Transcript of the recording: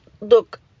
look